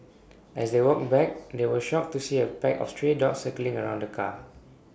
as they walked back they were shocked to see A pack of stray dogs circling around the car